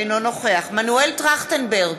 אינו נוכח מנואל טרכטנברג,